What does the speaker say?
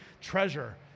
treasure